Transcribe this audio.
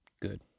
Good